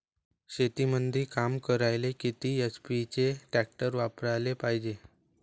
शेतीमंदी काम करायले किती एच.पी चे ट्रॅक्टर वापरायले पायजे?